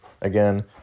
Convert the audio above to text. Again